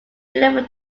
deliver